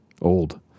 old